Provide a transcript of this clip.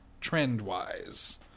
trend-wise